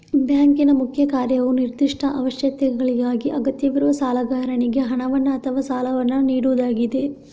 ಬ್ಯಾಂಕಿನ ಮುಖ್ಯ ಕಾರ್ಯವು ನಿರ್ದಿಷ್ಟ ಅವಶ್ಯಕತೆಗಳಿಗಾಗಿ ಅಗತ್ಯವಿರುವ ಸಾಲಗಾರನಿಗೆ ಹಣವನ್ನು ಅಥವಾ ಸಾಲವನ್ನು ನೀಡುವುದಾಗಿದೆ